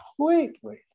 completely